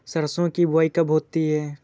सरसों की बुआई कब होती है?